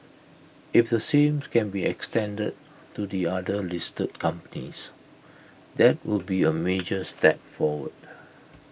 if the same's can be extended to the other listed companies that would be A major step forward